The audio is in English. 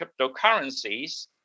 cryptocurrencies